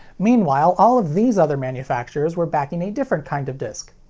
meanwhile, all of these other manufacturers were backing a different kind of disc.